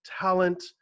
Talent